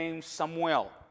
Samuel